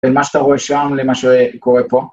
ומה שאתה רואה שם למה שקורה פה